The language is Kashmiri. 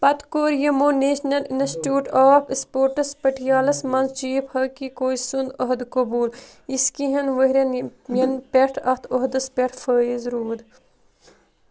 پتہٕ کوٚر یِمو نیشنل اِنسٹچوٗت آف اسپورٹس پٹیالاہَس منٛز چیٖف ہاکی کوچ سُنٛد عہدٕ قبوٗل یُس کیٚنٛہہ ہن ؤری یَن پٮ۪ٹھ اَتھ عہدس پٮ۪ٹھ فٲیز روٗد